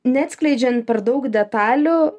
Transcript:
neatskleidžiant per daug detalių